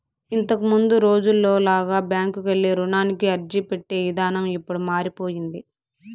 ఇంతకముందు రోజుల్లో లాగా బ్యాంకుకెళ్ళి రుణానికి అర్జీపెట్టే ఇదానం ఇప్పుడు మారిపొయ్యింది